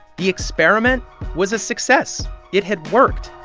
the experiment was a success. it had worked.